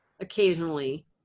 occasionally